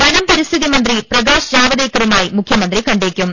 വനം പരിസ്ഥിതി മന്ത്രി പ്രകാശ് ജാവ്ദേക്കറെയും മുഖ്യമന്ത്രി കണ്ടേ ക്കും